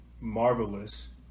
marvelous